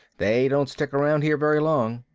they don't stick around here very long.